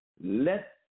Let